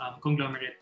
conglomerate